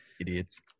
Idiots